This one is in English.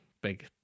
big